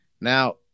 Now